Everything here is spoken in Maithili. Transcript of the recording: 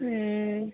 हूँ